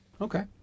Okay